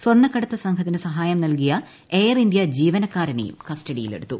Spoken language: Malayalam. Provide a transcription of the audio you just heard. സ്വർണക്കടത്ത് സംഘത്തിന് സഹായം നൽകിയ എയർ ഇന്ത്യ ജീവനക്കാരനെയും കസ്റ്റഡിയിലെടുത്തു